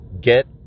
Get